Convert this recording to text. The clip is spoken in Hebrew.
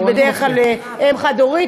זה בדרך כלל אם חד-הורית,